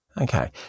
Okay